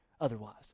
otherwise